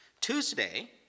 Tuesday